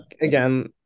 again